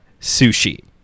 Sushi